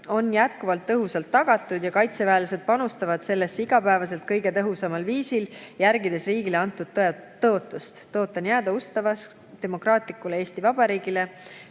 on jätkuvalt tõhusalt tagatud ja kaitseväelased panustavad sellesse iga päev kõige tõhusamal viisil, järgides riigile antud tõotust: "Tõotan jääda ustavaks demokraatlikule Eesti Vabariigile